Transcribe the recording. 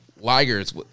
Liger's